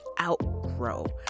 outgrow